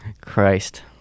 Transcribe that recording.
christ